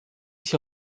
sich